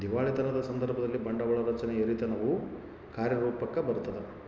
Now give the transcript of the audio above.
ದಿವಾಳಿತನದ ಸಂದರ್ಭದಲ್ಲಿ, ಬಂಡವಾಳ ರಚನೆಯ ಹಿರಿತನವು ಕಾರ್ಯರೂಪುಕ್ಕ ಬರತದ